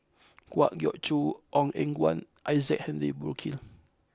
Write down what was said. Kwa Geok Choo Ong Eng Guan and Isaac Henry Burkill